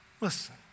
Listen